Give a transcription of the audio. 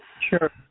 Sure